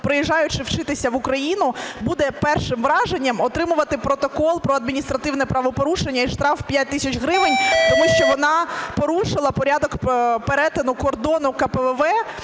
приїжджаючи вчитися в Україну, буде першим враженням отримувати протокол про адміністративне правопорушення і штраф в 5 тисяч гривень, тому що вона порушила порядок перетину кордону КПВВ